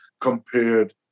compared